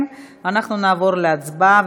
לכן אנחנו נעבור להצבעה,